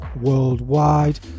worldwide